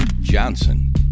Johnson